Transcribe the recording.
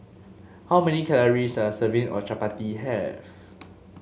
how many calories does a serving of Chapati have